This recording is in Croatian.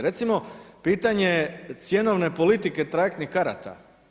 Recimo, pitanje je cjenovne politike trajektnih karata.